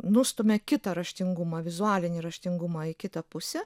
nustumia kitą raštingumą vizualinį raštingumą į kitą pusę